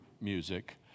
music